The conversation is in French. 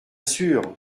sur